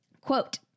Quote